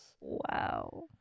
Wow